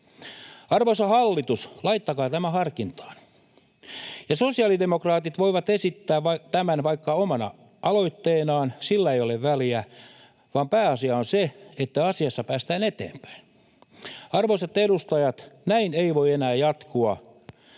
Arvoisa hallitus, laittakaa tämä harkintaan, ja sosialidemokraatit voivat esittää tämän vaikka omana aloitteenaan, sillä ei ole väliä, vaan pääasia on se, että asiassa päästään eteenpäin. Arvoisat edustajat, näin ei voi enää jatkua.